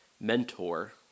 mentor